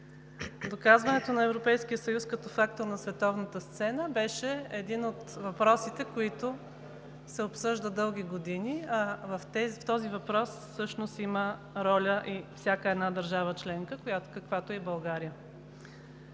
Доказването на Европейския съюз като фактор на световната сцена беше един от въпросите, които се обсъждат дълги години. В този въпрос всъщност има роля и всяка една държава членка, каквато е и България.